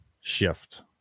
shift